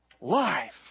life